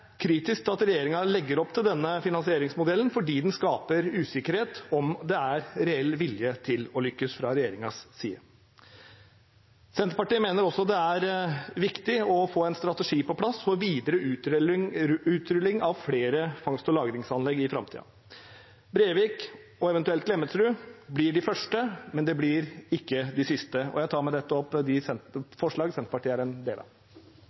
kritisk til at regjeringen legger opp til denne finansieringsmodellen, fordi den skaper usikkerhet om hvorvidt det er reell vilje til å lykkes fra regjeringens side. Senterpartiet mener også det er viktig å få en strategi på plass for videre utrulling av flere fangst- og lagringsanlegg i framtiden. Brevik og eventuelt Klemetsrud blir de første, men de blir ikke de siste. Jeg anbefaler med dette komiteens tilråding. Dette er en